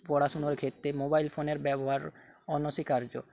পড়াশুনোর ক্ষেত্রে মোবাইল ফোনের ব্যবহার অনস্বীকার্য